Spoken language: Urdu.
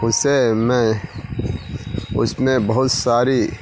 اسے میں اس میں بہت ساری